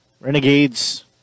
Renegades